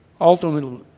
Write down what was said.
Ultimately